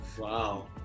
Wow